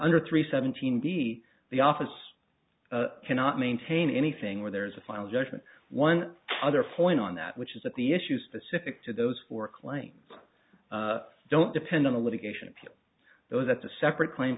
under three seventeen be the office of cannot maintain anything where there is a final judgment one other point on that which is that the issues specific to those four claims don't depend on the litigation appeal those that the separate claim